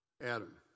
Adam